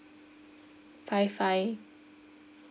five five